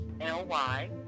l-y